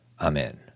Amen